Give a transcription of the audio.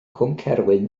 cwmcerwyn